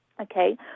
Okay